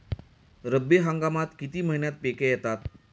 रब्बी हंगामात किती महिन्यांत पिके येतात?